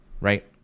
right